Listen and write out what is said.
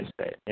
State